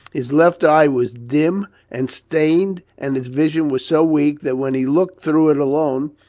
his left eye was dim and stained, and its vision was so weak that when he looked through it alone,